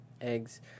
Eggs